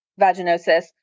vaginosis